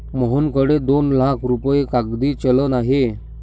मोहनकडे दोन लाख रुपये कागदी चलन आहे